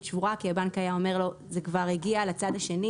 שבורה כי הבנק היה אומר לו שזה כבר הגיע לצד השני,